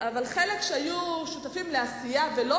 אבל זה לא ישנה